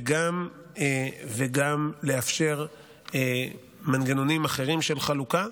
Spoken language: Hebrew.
וגם לאפשר מנגנונים אחרים של חלוקה,